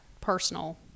personal